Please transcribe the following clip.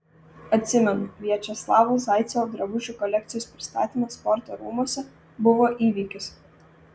atsimenu viačeslavo zaicevo drabužių kolekcijos pristatymas sporto rūmuose buvo įvykis